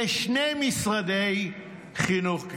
יש שני משרדי חינוך,